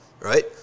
right